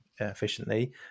efficiently